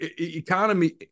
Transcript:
economy